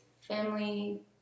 family